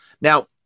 Now